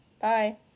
Bye